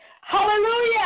Hallelujah